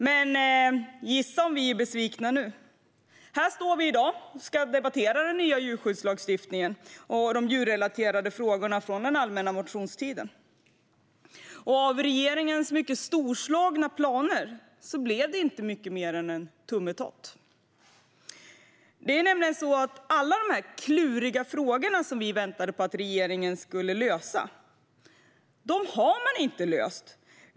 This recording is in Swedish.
Men gissa om vi är besvikna nu! Här står vi i dag och ska debattera den nya djurskyddstiftningen och de djurrelaterade frågorna från den allmänna motionstiden. Av regeringens mycket storslagna planer blev det inte mycket mer än en tummetott. Det är nämligen så att alla de kluriga frågor som vi väntade på att regeringen skulle lösa har man inte löst.